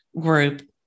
group